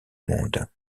monde